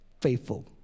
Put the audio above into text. faithful